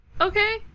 Okay